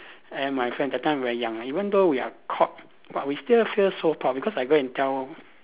and my friend that time we are young even though we are caught but we still feel so proud because I go and tell